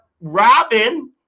Robin